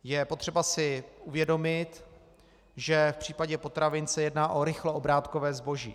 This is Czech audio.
Je potřeba si uvědomit, že v případě potravin se jedná o rychloobrátkové zboží.